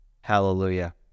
Hallelujah